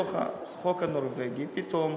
בתוך החוק הנורבגי פתאום,